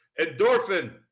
Endorphin